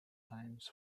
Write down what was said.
times